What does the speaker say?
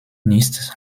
nichts